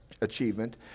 achievement